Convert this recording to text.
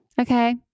Okay